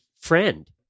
friend